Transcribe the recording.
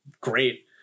Great